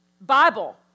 Bible